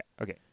okay